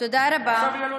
תודה רבה.